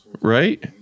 Right